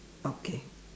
okay